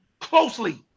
closely